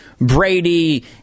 Brady